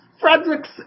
Frederick's